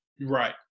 Right